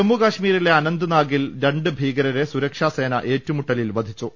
ജമ്മു കശ്മീരിലെ അനന്തനാഗിൽ രണ്ട് ഭീകരരെ സുരക്ഷാ സേന ഏറ്റുമുട്ടലിൽ വധിച്ചു